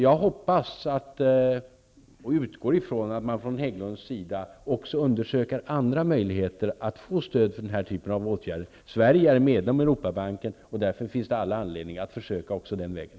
Jag hoppas och utgår från att Hägglund & Söner utnyttjar också andra möjligheter att få stöd för detta projekt. Sverige är medlem i Europabanken, och därför finns det anledning att försöka även den vägen.